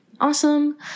awesome